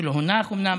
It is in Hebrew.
שלא הונח אומנם,